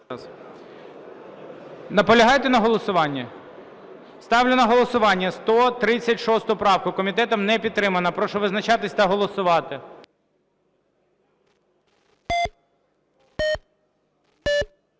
Наполягаєте на голосуванні? Ставлю на голосування 136 правку, комітетом не підтримана. Прошу визначатися та голосувати.